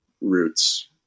roots